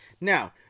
Now